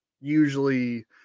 usually